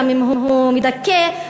גם אם הוא מדכא,